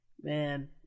Man